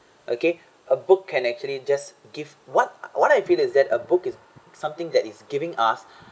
okay a book can actually just give what what I feel is that a book is something that is giving us